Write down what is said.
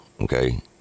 okay